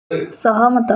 ସହମତ